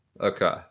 okay